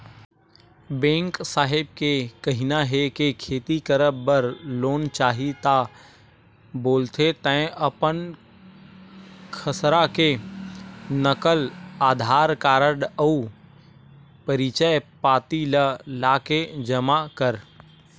bank साहेब के कहिना हे के खेती करब बर लोन चाही ता बोलथे तंय अपन खसरा के नकल, अधार कारड अउ परिचय पाती ल लाके जमा कर